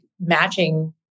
matching